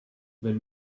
wenn